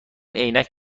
عینک